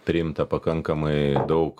priimta pakankamai daug